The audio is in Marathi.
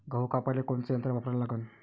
गहू कापाले कोनचं यंत्र वापराले लागन?